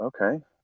Okay